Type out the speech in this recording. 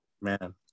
man